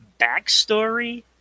backstory